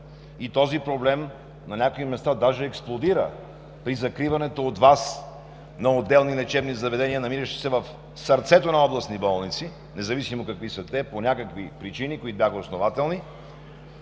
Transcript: и този проблем на някои места даже експлодира при закриването от Вас на отделни лечебни заведения, намиращи се в сърцето на областни болници, независимо какви са те – по някакви причини, които бяха основателни,